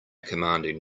commanding